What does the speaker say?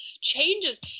changes